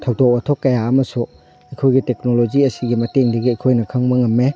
ꯊꯧꯗꯣꯛ ꯋꯥꯊꯣꯛ ꯀꯌꯥ ꯑꯃꯁꯨ ꯑꯩꯈꯣꯏꯒꯤ ꯇꯦꯛꯅꯣꯂꯣꯖꯤ ꯑꯁꯤꯒꯤ ꯃꯇꯦꯡꯗꯒꯤ ꯑꯩꯈꯣꯏꯅ ꯈꯪꯕ ꯉꯝꯃꯦ